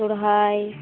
ᱥᱚᱨᱦᱟᱭ